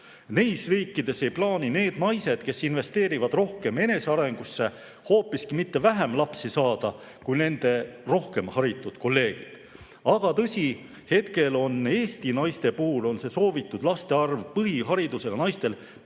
Neis riikides ei plaani need naised, kes investeerivad rohkem enesearengusse, hoopiski mitte vähem lapsi saada kui nende [vähem] haritud kolleegid. Aga tõsi, hetkel on Eesti naiste puhul see soovitud laste arv põhiharidusega naistel pisut